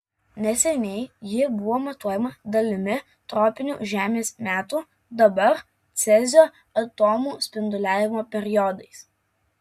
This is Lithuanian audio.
neseniai ji buvo matuojama dalimi tropinių žemės metų dabar cezio atomo spinduliavimo periodais